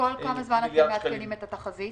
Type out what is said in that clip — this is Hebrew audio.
בכל כמה זמן אתם מעדכנים את התחזית?